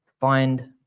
find